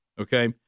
Okay